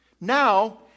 Now